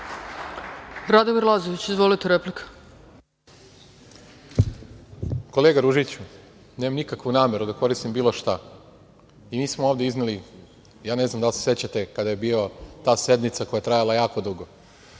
**Radomir Lazović** Kolega Ružiću, nemam nikakvu nameru da koristim bilo šta. Mi smo ovde izneli, ne znam da li se sećate kada je bila ta sednica koja je trajala jako dugo,